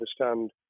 understand